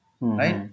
Right